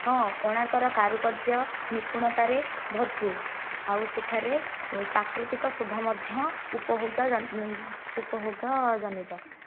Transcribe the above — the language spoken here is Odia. ହଁ କୋଣାର୍କର କାରୁକାର୍ଯ୍ୟ ନିପୁଣତାରେ ଭରପୁର ଆଉ ସେହିଠାରେ ପ୍ରାକୃତିକ ଶୋଭା ମଧ୍ୟ ଉପଭୋଗ ଜନ ଉପଭୋଗ ଜନିତ